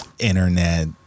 Internet